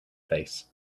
face